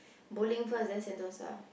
bowling first then Sentosa